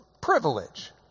privilege